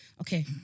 Okay